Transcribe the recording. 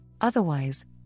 Otherwise